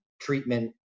treatment